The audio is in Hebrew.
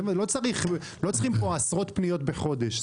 לא צריך פה עשרות פניות בחודש,